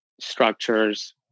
structures